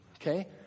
Okay